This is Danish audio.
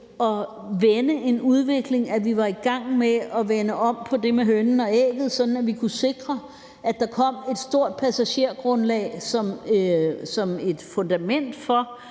at vende en udvikling, og at vi var i gang med at vende om på det med hønen og ægget, så vi kunne sikre, at der kom et stort passagergrundlag som et fundament for,